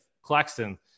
Claxton